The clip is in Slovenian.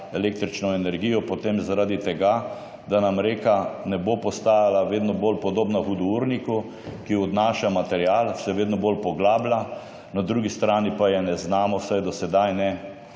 električno energijo, potem zaradi tega da nam reka ne bo postajala vedno bolj podobna hudourniku, ki odnaša material, se vedno bolj poglablja, na drugi strani pa je ne znamo, vsaj do sedaj ne,